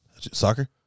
Soccer